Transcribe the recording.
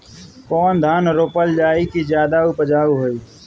कौन धान रोपल जाई कि ज्यादा उपजाव होई?